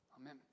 Amen